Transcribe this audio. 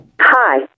Hi